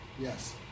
Yes